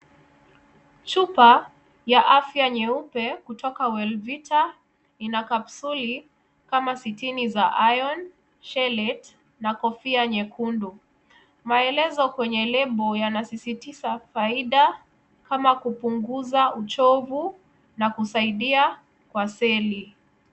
Chupa ya afya nyeupe kutoka Wellvita ina kapsuli kama sitini za IRON CHELETE na kofia nyekundu. Maelezo kwenye lebo yanasisitiza faida kama kupunguza uchovu na kusaidia kwa seli.